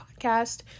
Podcast